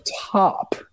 top